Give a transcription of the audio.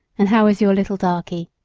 and how is your little darkie?